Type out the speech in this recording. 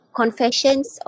confessions